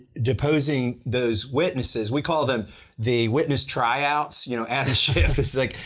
deposing those witnesses. we call them the witness tryouts. you know, adam schiff is like,